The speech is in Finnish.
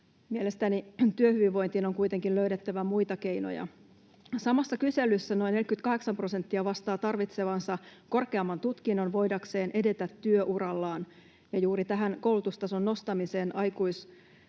Mielestäni työhyvinvointiin on kuitenkin löydettävä muita keinoja. Samassa kyselyssä noin 48 prosenttia vastaa tarvitsevansa korkeamman tutkinnon voidakseen edetä työurallaan, ja juuri tähän koulutustason nostamiseen aikuisten